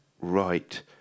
right